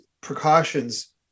precautions